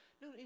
no